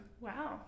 Wow